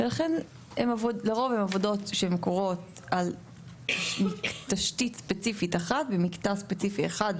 ולכן לרוב הן עבודות שהן קורות על תשתית ספציפית אחת במקטע ספציפי אחד,